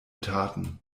taten